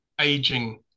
aging